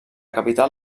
capital